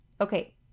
Okay